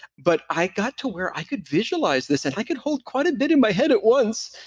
but i got to where i could visualize this and i could hold quite a bit in my head at once,